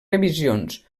revisions